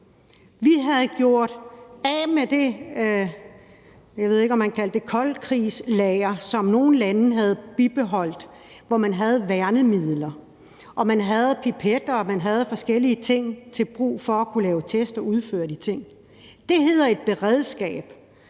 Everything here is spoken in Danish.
man kalder det et koldkrigslager, som nogle lande havde bibeholdt, hvor man havde værnemidler og man havde pipetter og man havde forskellige ting til brug for at kunne lave test og for at kunne udføre de ting. Det hedder et beredskab,